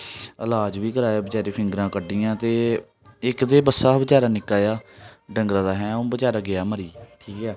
इलाज बी कराया बेचारी फिंगरां कड्ढियां ते इक ते बस्सा हा बचारा निक्का जेहा डंगरे दा ओह् बचारा गेआ मरी